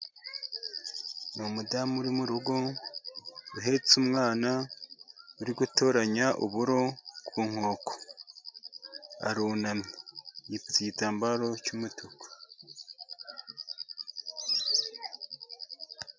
Ni umudamu uri mu rugo uhetse umwana, uri gutoranya uburo ku nkoko. Arunamye yipfutse igitambaro cy'umutuku.